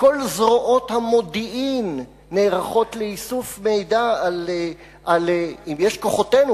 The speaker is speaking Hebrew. כל זרועות המודיעין נערכות לאיסוף מידע על אם יש כוחותינו,